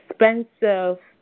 expensive